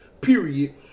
Period